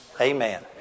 Amen